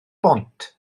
bont